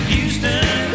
Houston